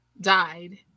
died